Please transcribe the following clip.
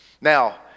Now